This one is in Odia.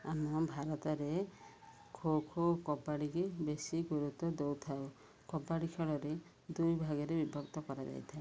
ଆମ ଭାରତରେ ଖୋଖୋ କବାଡ଼ି ବେଶୀ ଗୁରୁତ୍ୱ ଦେଉଥାଉ କବାଡ଼ି ଖେଳରେ ଦୁଇ ଭାଗରେ ବିଭକ୍ତ କରାଯାଇଥାଏ